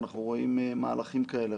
אנחנו רואים מהלכים כאלה.